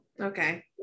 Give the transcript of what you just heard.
okay